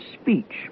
speech